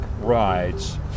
rides